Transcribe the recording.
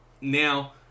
Now